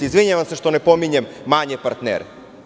Izvinjavam se što ne pominjem manje partnere.